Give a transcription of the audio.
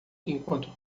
enquanto